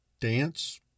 dance